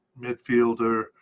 midfielder